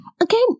again